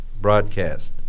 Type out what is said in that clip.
broadcast